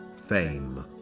fame